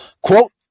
Quote